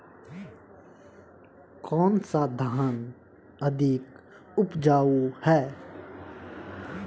कौन सा धान अधिक उपजाऊ है?